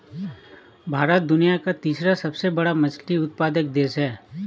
भारत दुनिया का तीसरा सबसे बड़ा मछली उत्पादक देश है